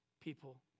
people